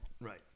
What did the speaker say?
Right